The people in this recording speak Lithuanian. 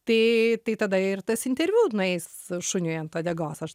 tai tai tada ir tas interviu nueis šuniui ant uodegos aš